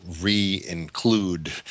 re-include